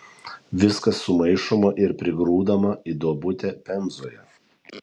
viskas sumaišoma ir prigrūdama į duobutę pemzoje